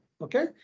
Okay